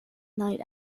night